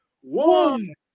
One